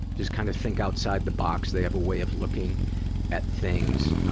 just kind of think outside the box. they have a way of looking at things, um,